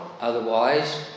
otherwise